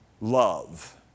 love